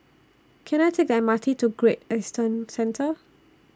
Can I Take The M R T to Great Eastern Centre